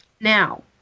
Now